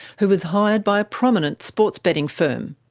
who was hired by a prominent sports betting firm.